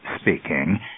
speaking